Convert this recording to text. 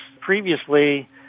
Previously